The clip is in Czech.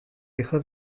rychle